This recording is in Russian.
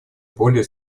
более